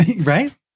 Right